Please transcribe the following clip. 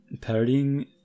parodying